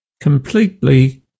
completely